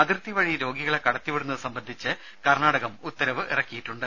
അതിർത്തി വഴി രോഗകളെ കടത്തി വിടുന്നത് സംബന്ധിച്ച് കർണ്ണാടകം ഉത്തരവിറക്കിയിട്ടുണ്ട്